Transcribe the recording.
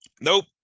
Nope